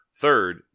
Third